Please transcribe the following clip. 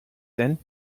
denn